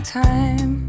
time